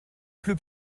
pleut